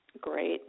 Great